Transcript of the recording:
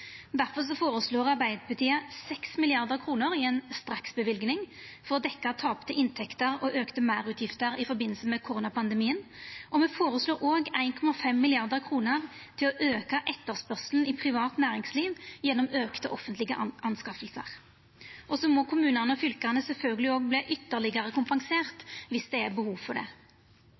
Derfor føreslår Arbeidarpartiet 6 mrd. kr i ei straksløyving for å dekkja tapte inntekter og auka meirutgifter i forbindelse med koronapandemien, og me føreslår òg 1,5 mrd. kr til å auka etterspørselen i privat næringsliv gjennom auka offentlige anskaffingar. Så må kommunane og fylka sjølvsagt òg verta ytterlegare kompensert viss det er behov for det.